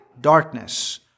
darkness